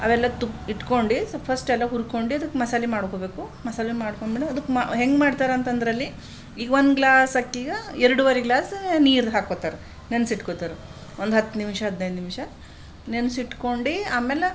ಅವೆಲ್ಲ ತುಪ್ಪ ಇಟ್ಕೊಂಡು ಫಸ್ಟ್ ಎಲ್ಲ ಹುರ್ಕೊಂಡು ಅದಕ್ಕೆ ಮಸಾಲೆ ಮಾಡ್ಕೋಬೇಕು ಮಸಾಲೆ ಮಾಡ್ಕೊಂಮಿಡ ಅದಕ್ಕೆ ಮ ಹೆಂಗೆ ಮಾಡ್ತಾರೆ ಅಂತಂದರಲ್ಲಿ ಈಗ ಒಂದು ಗ್ಲಾಸ್ ಅಕ್ಕಿಗೆ ಎರಡುವರೆ ಗ್ಲಾಸ್ ನೀರು ಹಾಕೋತಾರೆ ನೆನ್ಸಿಟ್ಕೋತಾರೆ ಒಂದು ಹತ್ತು ನಿಮಿಷ ಹದಿನೈದು ನಿಮಿಷ ನೆನೆಸಿಟ್ಕೊಂಡು ಆಮೇಲೆ